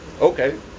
Okay